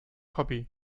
hobby